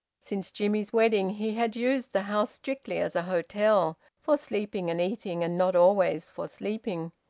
since jimmie's wedding he had used the house strictly as a hotel, for sleeping and eating, and not always for sleeping.